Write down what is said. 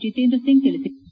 ಜಿತೇಂದ್ರ ಸಿಂಗ್ ತಿಳಿಸಿದ್ದಾರೆ